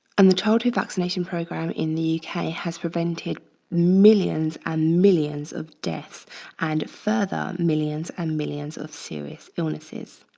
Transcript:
and the childhood vaccination program in the uk has has prevented millions and millions of deaths and further millions and millions of serious illnesses.